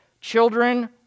children